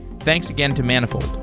thanks again to manifold.